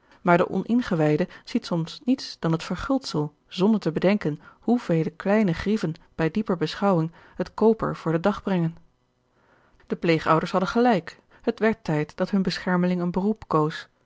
maar de oningewijde ziet soms niets dan het verguldsel zonder te bedenken hoevele kleine grieven bij dieper beschouwing het koper voor den dag brengen de pleegouders hadden gegeorge een ongeluksvogel lijk het werd tijd dat hun beschermeling een beroep koos